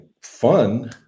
fun